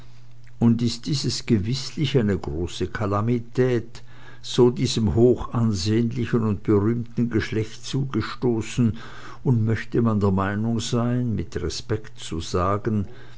und ist dieses gewißlich eine große calamität so diesem hochansehnlichen und berühmten geschlecht zugestoßen und möchte man der meinung seyn mit respect zu sagen